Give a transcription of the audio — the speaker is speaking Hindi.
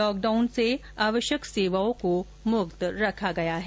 लॉकडाउन में आवश्यक सेवाओं को मुक्त रखा गया है